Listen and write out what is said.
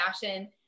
fashion